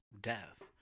death